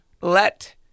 let